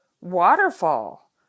waterfall